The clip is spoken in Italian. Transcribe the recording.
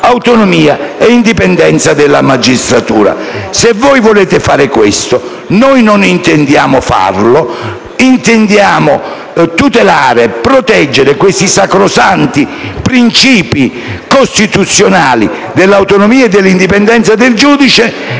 dell'autonomia e indipendenza della magistratura. Se voi volete fare questo, sappiate che noi non intendiamo farlo e che vogliamo tutelare e proteggere i sacrosanti principi costituzionali dell'autonomia e indipendenza del giudice.